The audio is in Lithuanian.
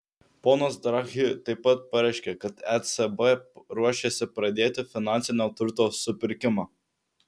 ponas draghi taip pat pareiškė kad ecb ruošiasi pradėti finansinio turto supirkimą